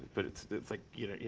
but it's like, you know,